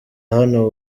hano